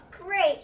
great